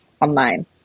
online